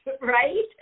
right